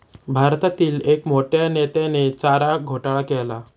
भारतातील एक मोठ्या नेत्याने चारा घोटाळा केला